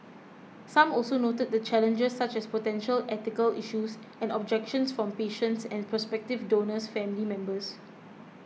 some also noted the challenges such as potential ethical issues and objections from patients and prospective donor's family members